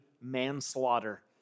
manslaughter